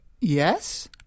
yes